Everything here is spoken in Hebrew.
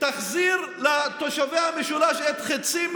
תחזיר לתושבי המשולש, תחזיר לתושבי המשולש